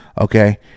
Okay